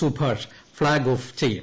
Subhash flag off ചെയ്യും